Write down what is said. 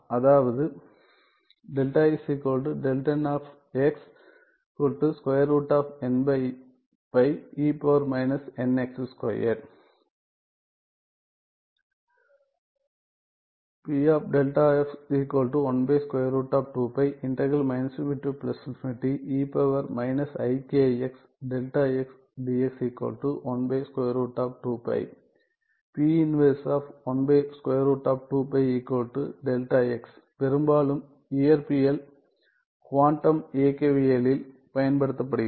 அதாவது பெரும்பாலும் இயற்பியல் குவாண்டம் இயக்கவியலில் பயன்படுத்தப்படுகிறது